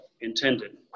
intended